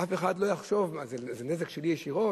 אף אחד לא יחשוב, מה, זה נזק שלי ישירות?